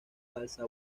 falsa